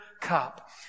cup